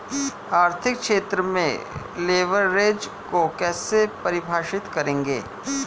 आर्थिक क्षेत्र में लिवरेज को कैसे परिभाषित करेंगे?